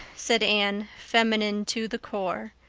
said anne, feminine to the core.